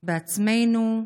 בעצמנו,